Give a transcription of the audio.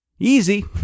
Easy